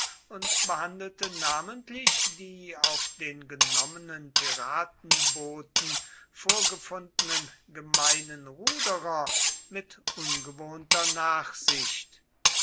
und behandelte namentlich die auf den genommenen piratenbooten vorgefundenen gemeinen ruderer mit ungewohnter nachsicht